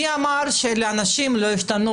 מי אמר שלאנשים לא ישתנו